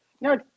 No